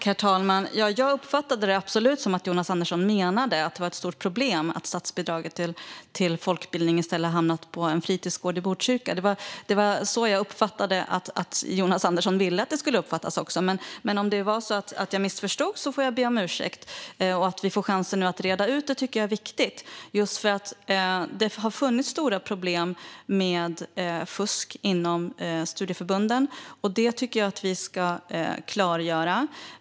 Herr talman! Jag uppfattade det absolut som att Jonas Andersson menade att det var ett stort problem att statsbidraget till folkbildningen i stället hamnat på en fritidsgård i Botkyrka. Det var så jag uppfattade att Jonas Andersson ville att det skulle uppfattas. Om det var så att jag missförstod får jag be om ursäkt. Det är viktigt att vi nu får chansen att reda ut det. Det har funnits stora problem med fusk inom studieförbunden. Det tycker jag att vi ska klargöra.